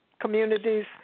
communities